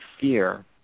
fear